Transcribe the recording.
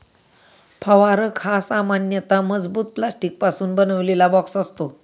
फवारक हा सामान्यतः मजबूत प्लास्टिकपासून बनवलेला बॉक्स असतो